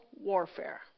warfare